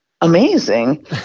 amazing